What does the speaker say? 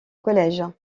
collège